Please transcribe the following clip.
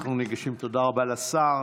תודה רבה לשר.